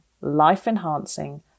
life-enhancing